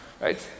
right